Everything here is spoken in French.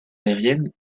aérienne